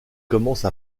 commence